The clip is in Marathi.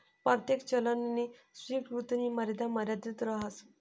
परतेक चलननी स्वीकृतीनी मर्यादा मर्यादित रहास